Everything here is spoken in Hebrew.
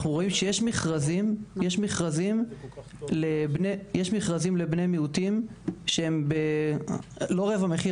אנחנו רואים שיש מכרזים לבני מיעוטים שהם לא רבע מחיר,